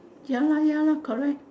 ya lah ya lah correct